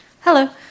Hello